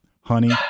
honey